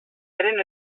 eren